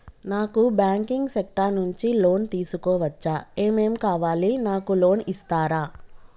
నాకు banking sector నుంచి loan తీసుకోవచ్చా? ఏమేం కావాలి? నాకు లోన్ ఇస్తారా?